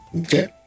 Okay